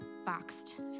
Boxed